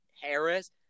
Harris